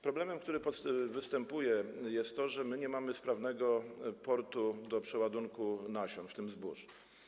Problemem, który występuje, jest to, że my nie mamy sprawnego portu do przeładunku nasion, w tym zbóż.